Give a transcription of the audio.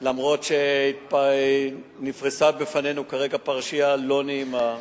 אף שנפרסה בפנינו כרגע פרשייה לא נעימה,